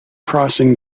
crossing